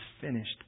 finished